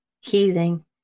healing